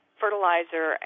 fertilizer